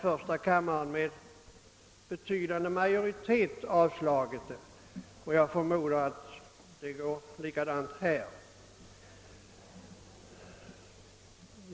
Första kammaren har med betydande majoritet avslagit den, och jag förmodar att det kommer att gå på samma sätt här.